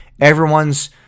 everyone's